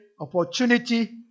Opportunity